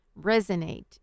resonate